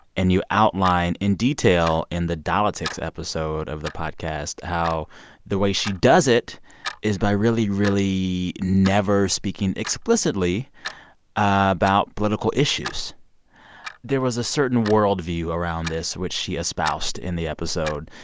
and you outline in detail in the dollitics episode of the podcast how the way she does it is by really, really never speaking explicitly about political issues there was a certain worldview around this, which she espoused in the episode,